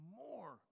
more